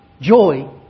joy